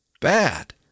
bad